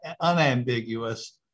unambiguous